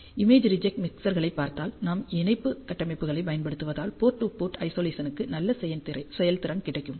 image reject மிக்சர்களைப் பார்த்தால் நாம் இணைப்பு கட்டமைப்புகளைப் பயன்படுத்துவதால் போர்ட் டூ போர்ட் ஐசொலேசனுக்கு நல்ல செயல்திறன் கிடைக்கும்